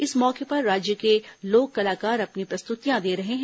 इस मौके पर राज्य के लोक कलाकार अपनी प्रस्तुतियां दे रहे हैं